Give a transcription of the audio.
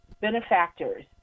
benefactors